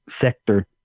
sector